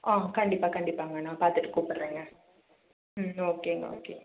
ம் கண்டிப்பாக கண்டிப்பாங்க நான் பார்த்துட்டு கூப்பிடுறேங்க ம் ஓகேங்க ஓகேங்க